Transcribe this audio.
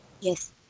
yes